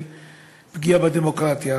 של פגיעה בדמוקרטיה.